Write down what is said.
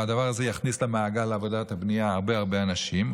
הדבר הזה יכניס למעגל העבודה בבנייה הרבה הרבה אנשים,